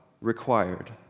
required